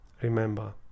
remember